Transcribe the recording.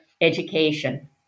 education